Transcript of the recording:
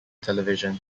television